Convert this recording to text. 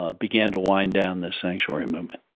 ah began to wind down the sanctuary movement